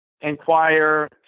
inquire